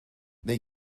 they